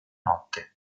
notte